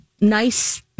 nice